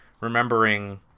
remembering